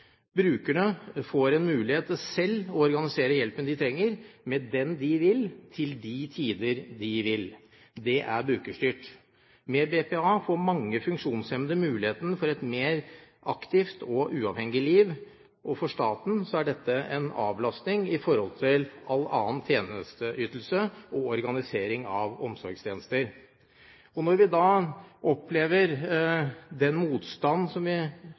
Brukerne får en mulighet til selv å organisere hjelpen de trenger, med den de vil, til de tider de vil. Det er brukerstyrt. Med BPA får mange funksjonshemmede muligheten til et mer aktivt og uavhengig liv, og for staten er dette en avlastning i forhold til all annen tjenesteytelse og organisering av omsorgstjenester. Når vi da opplever den motstand som